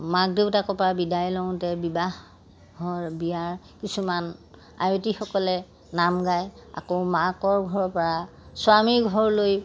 মাক দেউতাকৰ পৰা বিদায় লওঁতে বিবাহৰ বিয়াৰ কিছুমান আয়তীসকলে নাম গায় আকৌ মাকৰ ঘৰৰ পৰা স্বামীৰ ঘৰলৈ